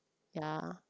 ya